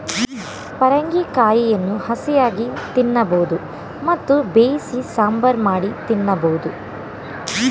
ಪರಂಗಿ ಕಾಯಿಯನ್ನು ಹಸಿಯಾಗಿ ತಿನ್ನಬೋದು ಮತ್ತು ಬೇಯಿಸಿ ಸಾಂಬಾರ್ ಮಾಡಿ ತಿನ್ನಬೋದು